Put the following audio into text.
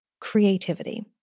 creativity